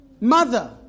mother